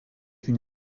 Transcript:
une